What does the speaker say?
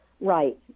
Right